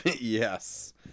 Yes